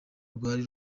rwari